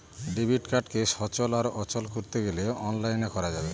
debit কার্ডকে সচল আর অচল করতে গেলে অনলাইনে করা যাবে